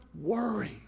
worry